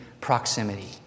proximity